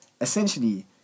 essentially